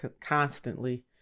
constantly